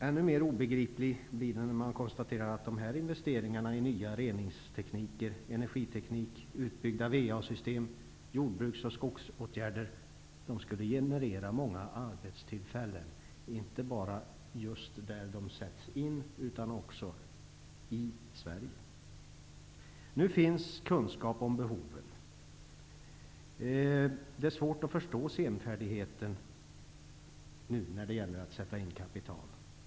Ännu mer obegriplig blir den när man konstaterar att investeringarna i nya reningstekniker, energiteknik, utbyggda VA-system, jordbruks och skogsåtgärder skulle generera många arbetstillfällen, inte bara just där åtgärderna sätts in utan också i Sverige. Nu finns kunskap om behoven. Det är svårt att förstå senfärdigheten när det gäller att sätta in kapital.